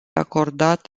acordat